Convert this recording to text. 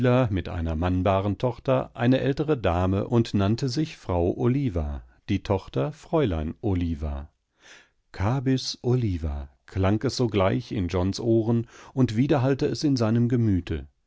mit einer mannbaren tochter eine ältere dame und nannte sich frau oliva die tochter fräulein oliva kabys oliva klang es sogleich in johns ohren und wiederhallte es in seinem gemüte